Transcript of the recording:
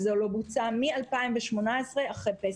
זה לא בוצע מ-2018 אחרי פסח,